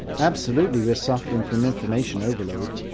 absolutely, we're suffering from information overload,